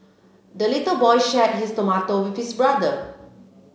the little boy shared his tomato with his brother